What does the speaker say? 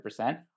100